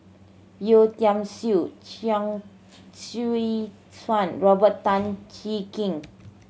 Yeo Tiam Siew Chuang Hui Tsuan Robert Tan Jee Keng